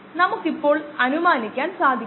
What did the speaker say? നമ്മൾ പ്ലോട്ട് ചെയുന്നത് അതായത് 100 10 1 0